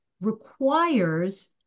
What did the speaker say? requires